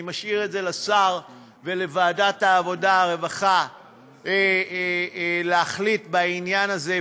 אני משאיר את זה לשר ולוועדת העבודה והרווחה להחליט בעניין הזה,